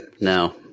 No